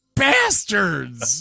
bastards